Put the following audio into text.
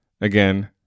Again